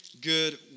good